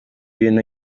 ibintu